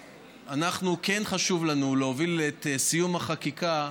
כן חשוב לנו להוביל את סיום החקיקה.